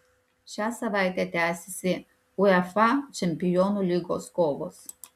šią savaitę tęsiasi uefa čempionų lygos kovos